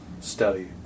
study